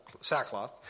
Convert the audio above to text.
sackcloth